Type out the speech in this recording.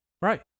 Right